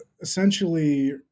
essentially